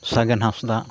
ᱥᱟᱜᱮᱱ ᱦᱟᱸᱥᱫᱟᱜ